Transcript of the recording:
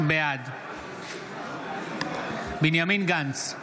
בעד בנימין גנץ,